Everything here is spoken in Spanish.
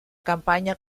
campaña